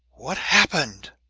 what happened?